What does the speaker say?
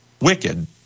wicked